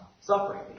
suffering